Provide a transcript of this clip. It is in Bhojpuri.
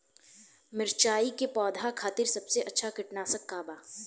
मिरचाई के पौधा खातिर सबसे अच्छा कीटनाशक का बा?